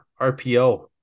RPO